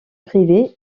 privée